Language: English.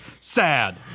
Sad